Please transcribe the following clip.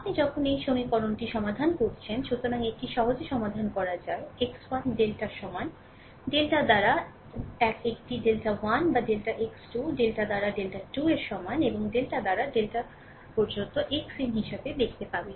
আপনি যখন এই সমীকরণটি সমাধান করছেন সুতরাং এটি সহজে সমাধান করা যায় x 1 ডেল্টার সমান ডেল্টা দ্বারা 1 টি ডেল্টা 1 বা ডেল্টা x 2 ডেল্টা দ্বারা ডেল্টা 2 এর সমান এবং ডেল্টা দ্বারা ডেল্টা পর্যন্ত xn হিসাবে দেখতে পাবে